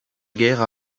guerre